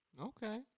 Okay